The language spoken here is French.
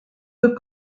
deux